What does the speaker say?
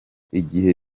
igihe